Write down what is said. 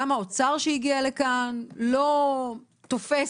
גם האוצר שהגיע לכאן לא תופס